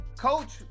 Coach